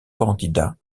candidat